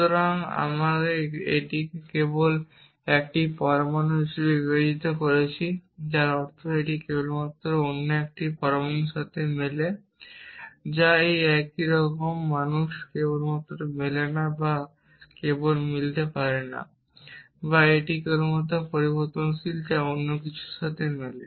সুতরাং আমরা এখানে এটিকে কেবল একটি পরমাণু হিসাবে বিবেচনা করছি যার অর্থ এটি কেবলমাত্র অন্য একটি পরমাণুর সাথে মেলে যা একই রকম একজন মানুষ কেবল মেলে না বা কেবল মিলতে পারে না বা এটি কেবলমাত্র পরিবর্তনশীল যা অন্য কিছুর সাথে মেলে